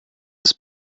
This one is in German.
des